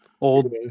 old